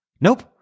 Nope